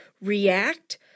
react